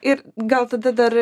ir gal tada dar